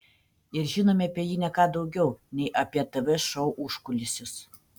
ir žinome apie jį ne ką daugiau nei apie tv šou užkulisius